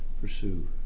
pursue